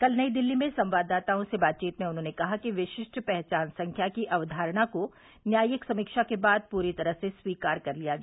कल नई दिल्ली में संवाददाताओं से बातचीत में उन्होंने कहा कि विशिष्ट पहचान संख्या की अवधारणा को न्यायिक समीक्षा के बाद पूरी तरह से स्वीकार कर लिया गया